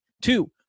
Two